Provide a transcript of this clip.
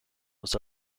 was